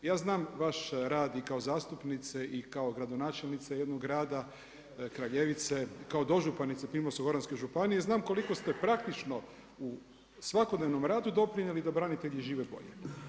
Ja znam vaš rad i kao zastupnice i kao gradonačelnice jednog grada Kraljevice, kao dožupanice Primorsko-goranske županije i znam koliko ste praktično u svakodnevnom radu doprinijeli da branitelji žive bolje.